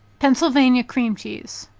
pennsylvania cream cheese.